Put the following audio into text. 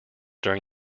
during